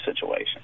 situation